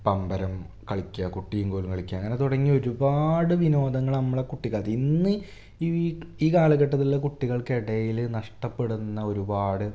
പമ്പരം കളിക്കുക കുട്ടീം കോലും കളിക്കുക അങ്ങനെ തുടങ്ങി ഒരുപാട് വിനോദങ്ങള് നമ്മളെ കുട്ടിക്കാലത്ത് ഇന്ന് ഈ കാലഘട്ടത്തിലുള്ള കുട്ടികൾക്കിടയില് നഷ്ടപ്പെടുന്ന ഒരുപാട്